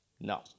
No